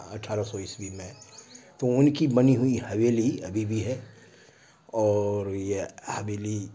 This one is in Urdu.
اٹھارہ سو عیسوی میں تو ان کی بنی ہوئی حویلی ابھی بھی ہے اور یہ حویلی